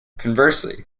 conversely